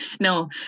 no